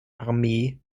armee